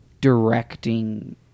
directing